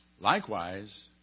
Likewise